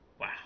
Wow